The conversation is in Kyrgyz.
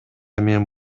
мен